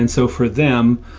and so for them,